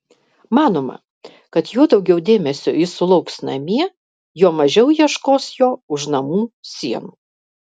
manoma kad juo daugiau dėmesio jis sulauks namie juo mažiau ieškos jo už namų sienų